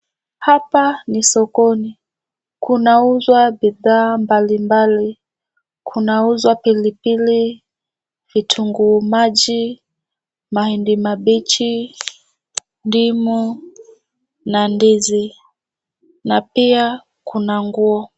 Hapa ni sokoni. Kunauzwa bidhaa mbalimbali. Kunauzwa pilipili, vitunguu maji mahindi mabichi, ndimu na ndizi na pia kuna nguo.